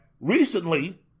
recently